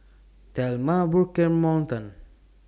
Thelma Burke and Morton